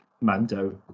Mando